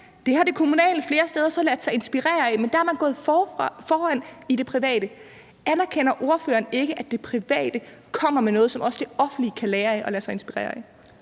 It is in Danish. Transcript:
Det har det kommunale så flere steder ladet sig inspirere af, men der er man i det private gået foran. Anerkender ordføreren ikke, at det private også kommer med noget, som det offentlige kan lære af og lade sig inspirere af?